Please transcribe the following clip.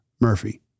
Murphy